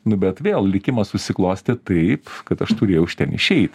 nu bet vėl likimas susiklostė taip kad aš turėjau iš ten išeit